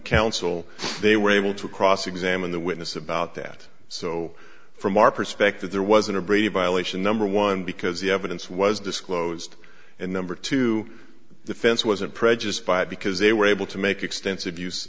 counsel they were able to cross examine the witness about that so from our perspective there wasn't a brave violation number one because the evidence was disclosed and number two the fence wasn't prejudiced by it because they were able to make extensive use